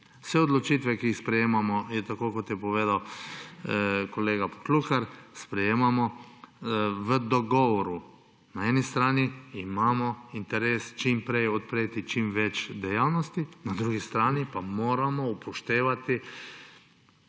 Vse odločitve, ki jih sprejemamo, tako kot je povedal kolega Poklukar, sprejemamo v dogovoru. Na eni strani imamo interes čim prej odpreti čim več dejavnosti, na drugi strani pa moramo upoštevati